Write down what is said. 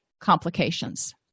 complications